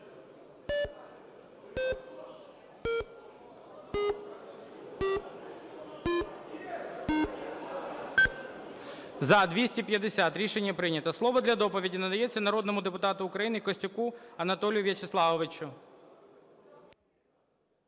За-250 Рішення прийнято. Слово для доповіді надається народному депутату України Костюху Анатолію Вячеславовичу.